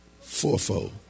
fourfold